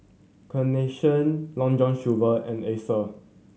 Carnation Long John Silver and